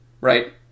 right